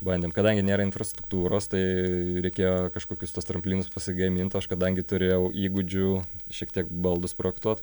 bandėm kadangi nėra infrastruktūros tai reikėjo kažkokius tuos tramplynus pasigamint o aš kadangi turėjau įgūdžių šiek tiek baldus projektuot